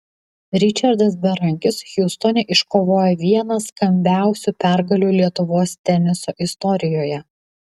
ričardas berankis hjustone iškovojo vieną skambiausių pergalių lietuvos teniso istorijoje